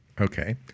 Okay